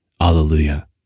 Hallelujah